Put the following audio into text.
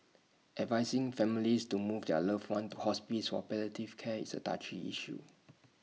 advising families to move their loved ones to hospices for palliative care is A touchy issue